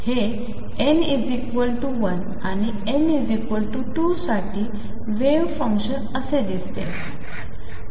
हे n 1 आणि n 2 साठी वेव्ह फंक्शन असे दिसते